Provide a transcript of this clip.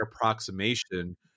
approximation